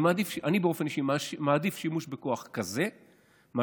אני באופן אישי מעדיף שימוש בכוח כזה מאשר,